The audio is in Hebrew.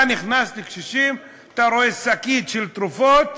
אתה נכנס לקשישים, אתה רואה שקית של תרופות,